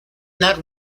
not